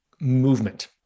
movement